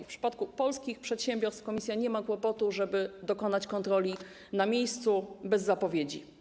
W przypadku polskich przedsiębiorstw Komisja nie ma kłopotu, żeby dokonać kontroli na miejscu bez zapowiedzi.